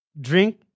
drink